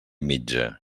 mitja